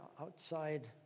outside